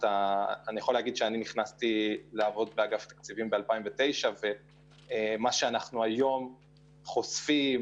אני נכנסתי לעבוד באג"ת ב-2009 ומה שאנחנו היום חושפים